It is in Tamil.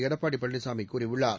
எடப்பாடி பழனிசாமி கூறியுள்ளார்